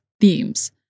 themes